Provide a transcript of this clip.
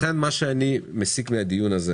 לכן אני מסיק מן הדיון הזה